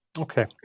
Okay